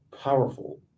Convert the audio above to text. powerful